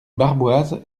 barboise